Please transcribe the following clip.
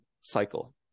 cycle